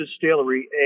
distillery